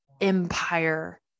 empire